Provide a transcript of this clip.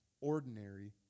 ordinary